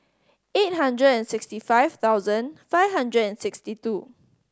eight hundred and sixty five thousand five hundred and sixty two